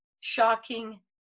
shocking